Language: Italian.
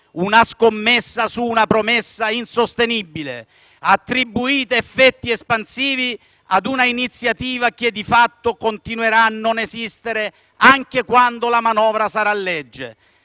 una scommessa su una promessa insostenibile: attribuite effetti espansivi ad un'iniziativa che di fatto continuerà a non esistere anche quando la manovra sarà legge.